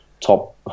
top